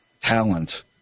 talent